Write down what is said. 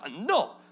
no